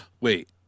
Wait